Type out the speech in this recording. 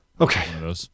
Okay